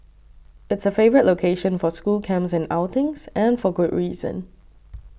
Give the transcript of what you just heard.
it's a favourite location for school camps and outings and for good reason